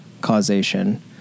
causation